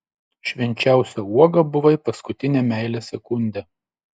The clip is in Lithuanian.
švenčiausia uoga buvai paskutinę meilės sekundę